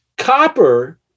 copper